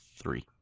Three